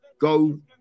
go